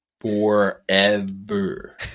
Forever